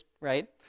right